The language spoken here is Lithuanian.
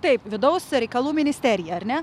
taip vidaus reikalų ministerija ar ne